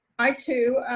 i too,